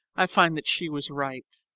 i find that she was right.